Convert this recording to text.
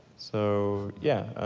so, yeah.